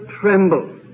tremble